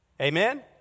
Amen